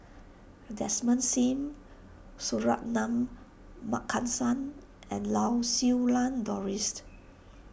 Desmond Sim Suratman Markasan and Lau Siew Lang Dorised